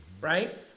Right